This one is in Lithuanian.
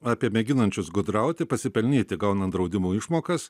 apie mėginančius gudrauti pasipelnyti gaunant draudimo išmokas